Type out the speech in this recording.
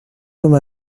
comme